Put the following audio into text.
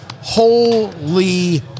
Holy